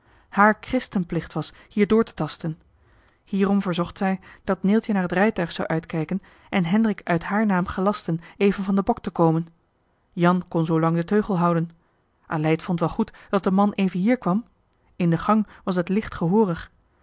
christenplicht was hier door te tasten hierom verzocht zij dat neeltje naar het rijtuig zou uitkijken en hendrik uit haar naam gelasten even van den bok te komen jan kon zoolang den teugel houden aleid vond wel goed dat de man even hier kwam in de gang was het licht gehoorig